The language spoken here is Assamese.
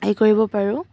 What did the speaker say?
হেৰি কৰিব পাৰোঁ